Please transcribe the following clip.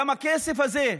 גם הכסף הזה,